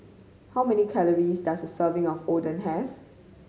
how many calories does a serving of Oden have